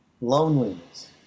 Loneliness